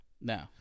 No